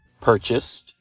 purchased